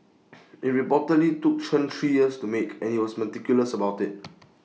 IT reportedly took Chen three years to make and he was meticulous about IT